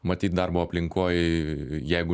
matyt darbo aplinkoj jeigu